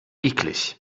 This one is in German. eklig